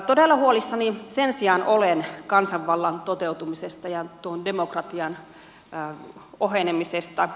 todella huolissani sen sijaan olen kansanvallan toteutumisesta ja demokratian ohenemisesta